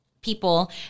People